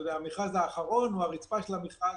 אתה יודע: המכרז האחרון הוא הרצפה של המכרז